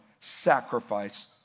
sacrifice